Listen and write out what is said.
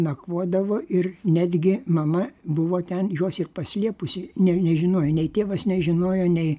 nakvodavo ir netgi mama buvo ten juos ir paslėpusi ne nežinojo nei tėvas nežinojo nei